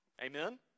Amen